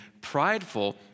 prideful